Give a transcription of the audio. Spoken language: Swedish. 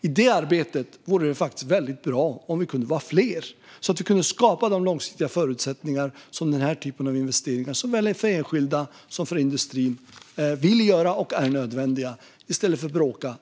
I det arbetet vore det bra om vi var fler så att vi kan skapa långsiktiga förutsättningar för dessa önskvärda och nödvändiga investeringar för den enskilde och industrin.